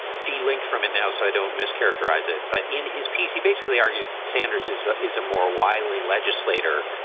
de-linked from it now, so i don't mischaracterize it. but in his piece, he basically argues that sanders isma is a more wily legislator,